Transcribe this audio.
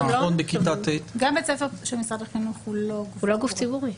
גם בית ספר של משרד החינוך הוא לא גוף ציבורי.